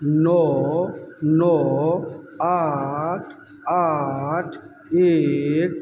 नओ नओ आठ आठ एक